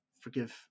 forgive